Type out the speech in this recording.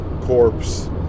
corpse